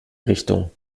richtung